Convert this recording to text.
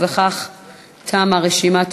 וכך תמה רשימת הדוברים.